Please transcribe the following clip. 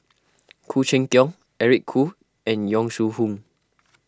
Khoo Cheng Tiong Eric Khoo and Yong Shu Hoong